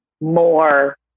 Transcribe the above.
more